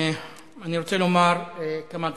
אני רוצה לומר כמה דברים,